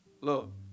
Look